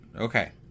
Okay